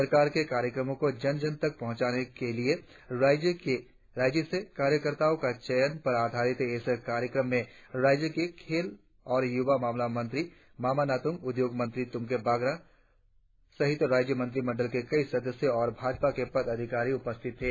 सरकार के कार्यक्रमों को जन जन तक पहुंचाने के लिए राज्य से कार्यकर्ताओं का चयन पर आधारित इस कार्यक्रम में राज्य के खेल और युवा मामला मंत्री मामा नातूंग उद्योग मंत्री तुमके बागरा सहित राज्य मंत्रिमंडल के कई सदस्य और भाजपा के पदाधिकारी उपस्थित थे